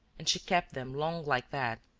and she kept them long like that,